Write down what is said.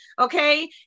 okay